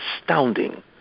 astounding